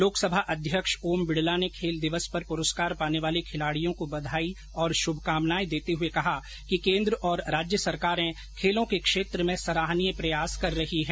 लोकसभा अध्यक्ष ओम बिडला ने खेल दिवस पर पुरस्कार पाने वाले खिलाड़ियों को बधाई और श्रुभकामनाएं देते हुए कहा कि केन्द्र और राज्य सरकारें खेलों के क्षेत्र में सराहनीय प्रयास कर रही है